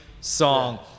song